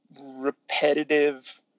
repetitive